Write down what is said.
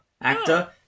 actor